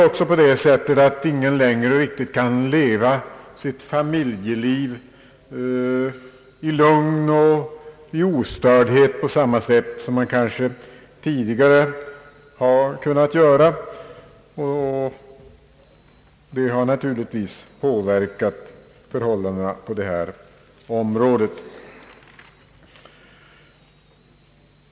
Ingen kan väl längre riktigt leva sitt familjeliv i lugn och ostördhet på samma sätt som man tidigare kunnat söra. Det har naturligtvis påverkat förhållandena på detta område.